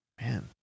Man